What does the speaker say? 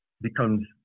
becomes